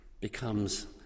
becomes